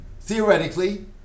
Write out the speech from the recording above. Theoretically